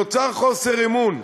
נוצר חוסר אמון,